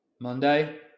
Monday